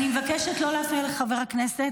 אני מבקשת לא להפריע לחבר הכנסת.